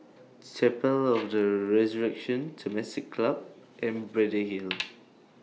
Chapel of The Resurrection Temasek Club and Braddell Hill